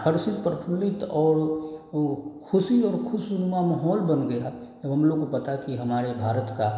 हर्षित प्रफुल्लित और वह खुशी और खुशनुमा माहौल बन गया हम लोगों को पता कि हमारे भारत का